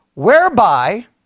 Whereby